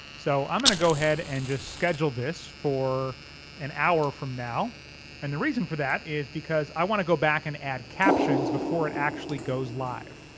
so i'm gonna go ahead and just schedule this for an hour from now and the reason for that is because i want to go back and add captions before it actually goes live.